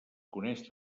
coneix